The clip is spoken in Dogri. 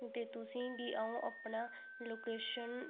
ते तुसेंगी अ'ऊं अपना लोकेशन